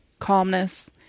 calmness